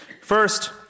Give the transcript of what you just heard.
First